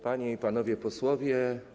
Panie i Panowie Posłowie!